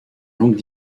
longue